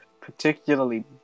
particularly